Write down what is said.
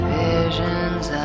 visions